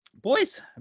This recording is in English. Boys